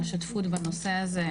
על השותפות בנושא הזה,